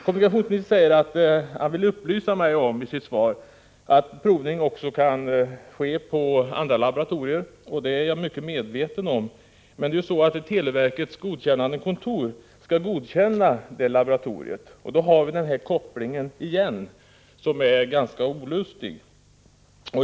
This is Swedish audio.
Kommunikationsministern säger i sitt svar att han vill upplysa mig om att provning också kan ske på andra laboratorier. Det är jag mycket medveten om. Men det är så att televerkets godkännandekontor skall godkänna det laboratoriet. Då har vi på nytt denna koppling, som är ganska olustig.